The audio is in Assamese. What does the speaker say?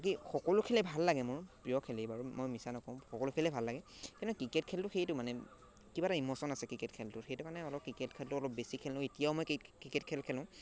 বাকী সকলো খেলে ভাল লাগে মোৰ প্ৰিয় খেলেই বাৰু মই মিছা নকওঁ সকলো খেলেই ভাল লাগে কিন্তু ক্ৰিকেট খেলটো সেইটো মানে কিবা এটা ইমচন আছে ক্ৰিকেট খেলটোৰ সেইটো কাৰণে অলপ ক্ৰিকেট খেলটো অলপ বেছি খেলোঁ এতিয়াও মই ক্ৰিকেট খেল খেলোঁ